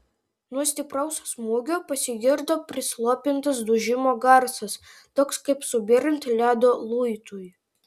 nuo stipraus smūgio pasigirdo prislopintas dužimo garsas toks kaip subyrant ledo luitui